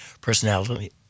personality